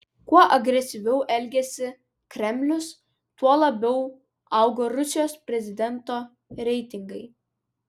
kuo agresyviau elgėsi kremlius tuo labiau augo rusijos prezidento reitingai